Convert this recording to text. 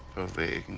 of the